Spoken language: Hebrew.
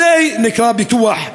זה נקרא פיתוח.